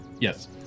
Yes